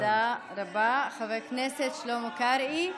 תודה רבה, חבר הכנסת שלמה קרעי.